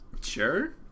Sure